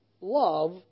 love